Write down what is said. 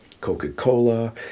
Coca-Cola